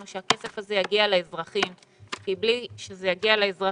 שהכסף הזה יגיע לאזרחים כי בלי שזה יגיע לאזרחים,